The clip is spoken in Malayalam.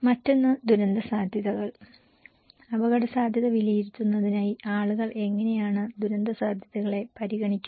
മറ്റൊന്ന് ദുരന്തസാധ്യതകൾ അപകടസാധ്യത വിലയിരുത്തുന്നതിനായി ആളുകൾ എങ്ങനെയാണ് ദുരന്തസാധ്യതകളെ പരിഗണിക്കുന്നത്